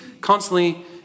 constantly